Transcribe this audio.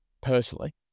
personally